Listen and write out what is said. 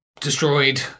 destroyed